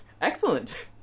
Excellent